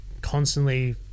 constantly